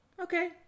Okay